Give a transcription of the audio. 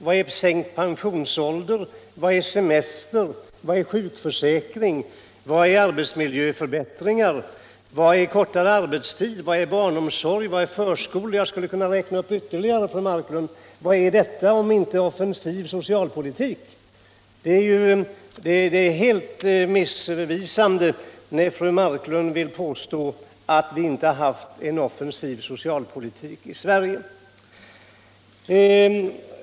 Vad är sänkt pensionsålder? Vad är semester? Vad är sjukförsäkring? Vad är arbetsmiljöförbättringar? Vad är kortare arbetstid? Vad är barnomsorg? Vad är förskolor? — Jag skulle kunna räkna upp ännu mera, fru Marklund. Vad är allt detta, om inte otftensiv socialpolitik! Det är helt missvisande när fru Marklund vill påstå att vi inte haft någon offensiv socialpolitik i Sverige.